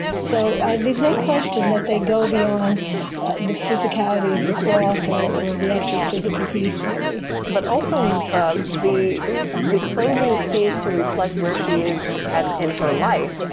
so there's no question that they go beyond the physicality of the cloth or the actual physical piece for me. but also the the clothing seems to reflect where she is in her life.